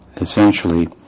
essentially